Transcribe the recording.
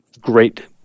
great